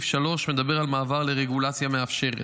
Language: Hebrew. הנקודה השלישית מדברת על מעבר לרגולציה מאפשרת.